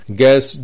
gas